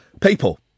People